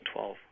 2012